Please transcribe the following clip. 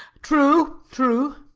true. true.